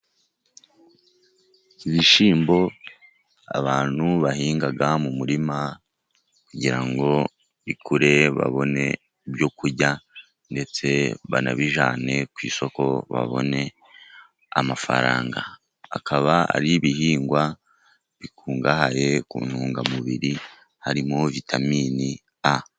Ibishyimbo abantu bahinga mu murima, kugira ngo bikure, babone ibyoku kurya, ndetse banabijyane ku isoko babone amafaranga. Akaba ari ibihingwa bikungahaye ku ntungamubiri, harimo vitaminini A.